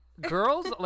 Girls